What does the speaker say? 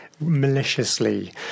maliciously